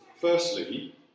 firstly